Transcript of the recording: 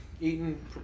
eating